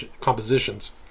compositions